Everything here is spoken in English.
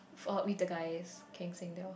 fall out with the guys Kian-Seng they all